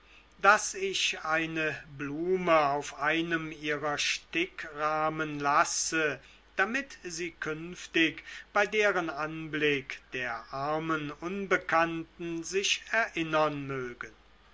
daß ich eine blume auf einem ihrer stickrahmen lasse damit sie künftig bei deren anblick der armen unbekannten sich erinnern mögen